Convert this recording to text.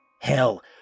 Hell